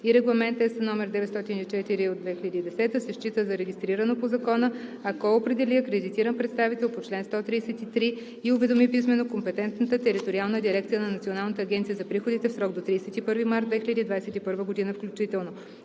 и Регламент (ЕС) № 904/2010, се счита за регистрирано по закона, ако определи акредитиран представител по чл. 133 и уведоми писмено компетентната териториална дирекция на Националната агенция за приходите в срок до 31 март 2021 г. включително.